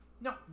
No